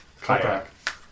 kayak